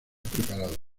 preparados